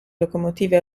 locomotive